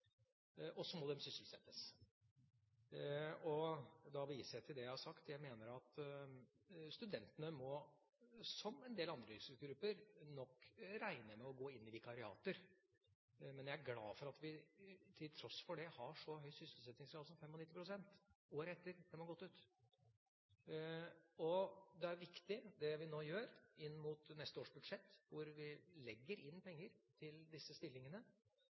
Og så må de sysselsettes. Da viser jeg til det jeg har sagt. Jeg mener at studentene nok må, som en del andre yrkesgrupper, regne med å gå inn i vikariater. Men jeg er glad for at vi til tross for det har så høy sysselsettingsgrad som 95 pst. året etter at de har gått ut. Det er viktig det vi nå gjør inn mot neste års budsjett, hvor vi legger inn penger til disse stillingene,